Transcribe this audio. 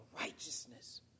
righteousness